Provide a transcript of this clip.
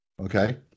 Okay